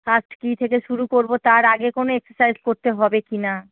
কী থেকে শুরু করব তার আগে কোনো এক্সারসাইজ করতে হবে কি না